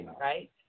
right